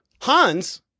Hans